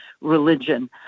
religion